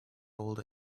old